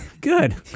good